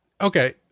okay